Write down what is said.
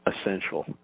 essential